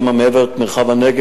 מעבר למרחב הנגב,